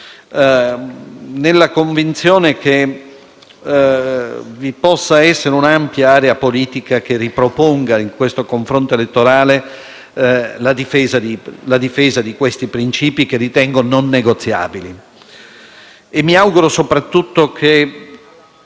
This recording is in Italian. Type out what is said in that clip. nella convinzione che vi possa essere un'ampia area politica che riproponga in questo confronto elettorale la difesa di detti principi, che ritengo non negoziabili. Mi auguro soprattutto che,